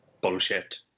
bullshit